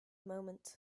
moment